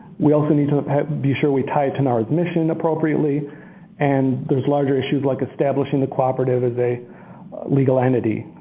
we also need to be sure we tie it to nara's mission appropriately and there's larger issues like establishing the cooperative as a legal entity,